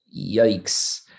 yikes